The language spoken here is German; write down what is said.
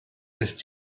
ist